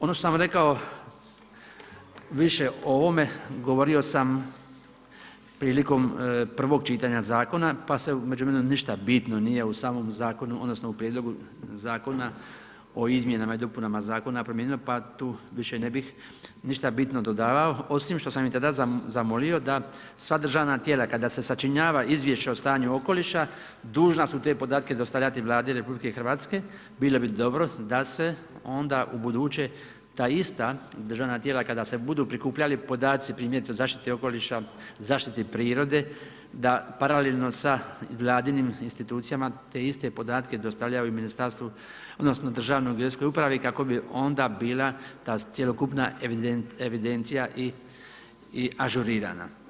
Ono što sam rekao, više o ovome govorio sam prilikom prvog čitanja zakona pa se u međuvremenu ništa bitno nije u samom zakonu, odnosno u prijedlogu zakona o izmjenama i dopunama zakona promijenilo pa tu više ne bih ništa bitno dodavao, osim što sam i tada zamolio da sva državna tijela kada se sačinjava izvješća o stanju okoliša, dužna su te podatke dostavljati Vladi RH, bilo bi dobro da se onda u buduće ta ista državna tijela, kada se budu prikupljali podaci primjerice zaštite okoliša, zaštiti prirode, da paralelno sa vladinim institucijama te iste podatke dostavljaju ministarstvu, odnosno Državnoj geodetskoj upravi kako bi onda bila ta cjelokupna evidencija i ažurirana.